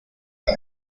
her